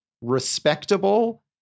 respectable